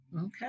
Okay